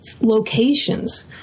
locations